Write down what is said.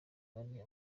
bane